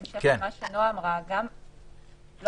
בהמשך למה שנועה אמרה, יש לי שאלה.